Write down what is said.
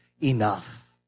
enough